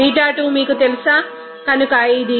ξ2 మీకు తెలుసా కనుక ఇది 5